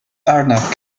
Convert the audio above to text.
arnav